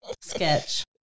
sketch